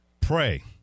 pray